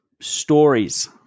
stories